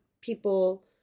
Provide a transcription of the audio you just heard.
people